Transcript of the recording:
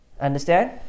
Understand